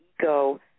ego